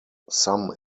some